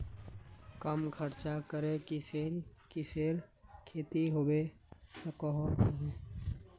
कम खर्च करे किसेर किसेर खेती होबे सकोहो होबे?